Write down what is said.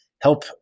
help